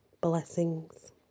blessings